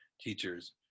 teachers